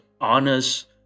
honest